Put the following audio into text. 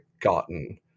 gotten